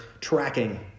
tracking